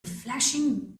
flashing